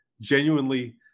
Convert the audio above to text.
genuinely